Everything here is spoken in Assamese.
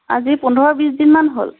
আজি পোন্ধৰ বিছ দিনমান হ'ল